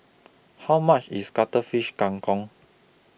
How much IS Cuttlefish Kang Kong